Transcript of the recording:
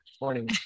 morning